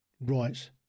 rights